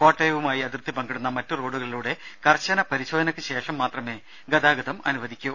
കോട്ടയവുമായി അതിർത്തി പങ്കിടുന്ന മറ്റു റോഡുകളിലൂടെ കർശന പരിശോധനയ്ക്ക് ശേഷം മാത്രമേ ഗതാഗതം അനുവദിക്കൂ